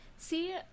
See